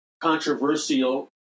controversial